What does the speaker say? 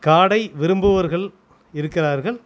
காடை விரும்புவோர்கள் இருக்கிறார்கள்